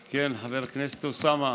כן, חבר הכנסת אוסאמה,